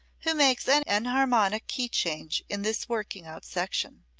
who makes an enharmonic key change in this working-out section.